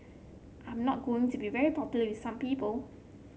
I'm not going to be very popular with some people